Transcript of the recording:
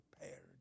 prepared